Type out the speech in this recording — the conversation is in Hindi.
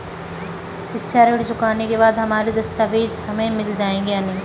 शिक्षा ऋण चुकाने के बाद हमारे दस्तावेज हमें मिल जाएंगे या नहीं?